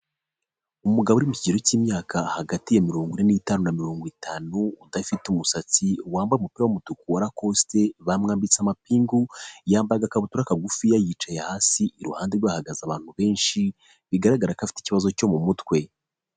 Umugabo uri mu kigero cy'imyaka hagati ya mirongo ine n'itanu na mirongo itanu, udafite umusatsi wambaye umupira w'umutuku wa lacosite bamwambitse amapingu, yambaye igakabutura kagufiya yicaye hasi iruhande rwe hahagaze abantu benshi bigaragara ko afite ikibazo cyo mu mutwe.